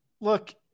Look